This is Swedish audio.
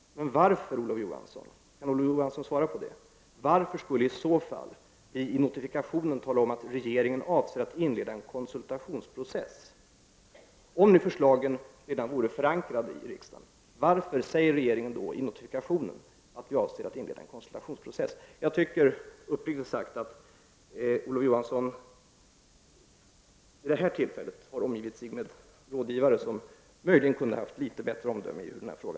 Men varför, Olof Johansson, skulle vi i så fall i notifikationen tala om att regeringen avser att inleda en konsultationsprocess? Uppriktigt sagt tycker jag att Olof Johansson vid detta tillfälle har omgivit sig med rådgivare som möjligen kunde ha haft litet bättre omdöme i denna fråga.